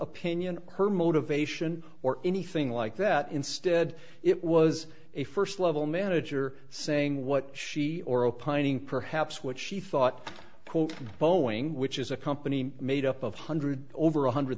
opinion her motivation or anything like that instead it was a first level manager saying what she or opining perhaps what she thought boeing which is a company made up of hundred over one hundred